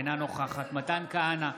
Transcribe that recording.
אינה נוכחת מתן כהנא,